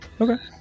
Okay